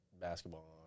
basketball